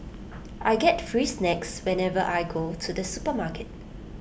I get free snacks whenever I go to the supermarket